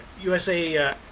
USA